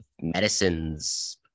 medicine's